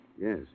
Yes